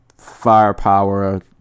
firepower